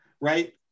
right